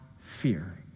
fear